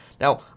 Now